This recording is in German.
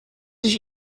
ich